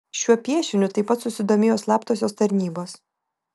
šiuo piešiniu taip pat susidomėjo slaptosios tarnybos